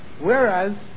Whereas